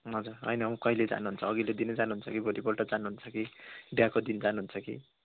हजुर होइन हौ कहिले जानुहुन्छ अघिल्लो दिन नै जानुहुन्छ कि भोलिपल्ट जानुहुन्छ कि बिहाको दिन जानुहुन्छ कि